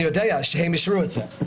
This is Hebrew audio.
אני יודע שהם אישרו את זה,